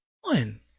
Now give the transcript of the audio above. one